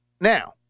now